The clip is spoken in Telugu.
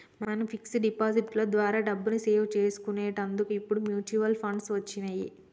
మనం ఫిక్స్ డిపాజిట్ లో ద్వారా డబ్బుని సేవ్ చేసుకునేటందుకు ఇప్పుడు మ్యూచువల్ ఫండ్లు వచ్చినియ్యి